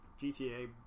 GTA